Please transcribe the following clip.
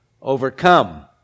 overcome